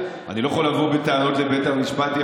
אני לא יכול לבוא בטענות לבית המשפט אם